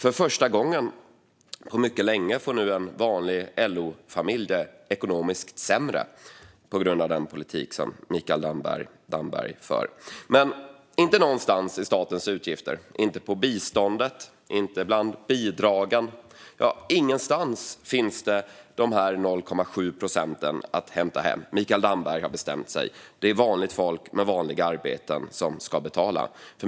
För första gången på mycket länge får nu en vanlig LO-familj det ekonomiskt sämre på grund av en politik som Mikael Damberg för. Men inte någonstans i statens utgifter - inte på biståndet och inte bland bidragen, ja, ingenstans - finns de 0,7 procenten att hämta hem. Mikael Damberg har bestämt sig. Det är vanligt folk med vanliga arbeten som ska betala.